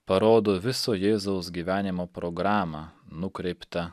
parodo viso jėzaus gyvenimo programą nukreiptą